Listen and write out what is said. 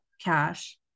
cash